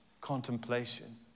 contemplation